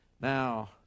Now